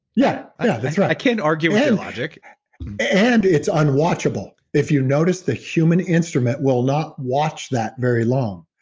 yeah yeah, that's right i can't argue with and logic and it's unwatchable. if you notice the human instrument will not watch that very long.